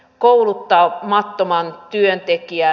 kouluttaja mattoman työn tekijä